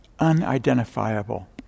unidentifiable